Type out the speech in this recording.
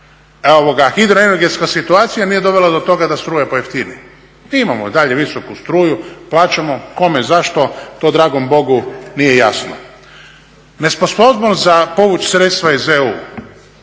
sjajna hidroenergetska situacija nije dovela do toga da struja pojeftini. Imamo i dalje visoku struju, plaćamo kome zašto to dragom Bogu nije jasno. Nesposobnost za povuć' sredstva iz EU,